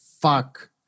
fuck